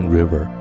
River